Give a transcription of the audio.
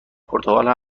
پرتغال